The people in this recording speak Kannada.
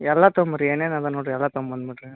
ಎಲ್ಲ ತೊಗೊಂಡ್ ಬನ್ರಿ ಏನೇನು ಅದ ನೋಡಿರಿ ಎಲ್ಲ ತೊಂಬಂದು ಬಿಡಿರಿ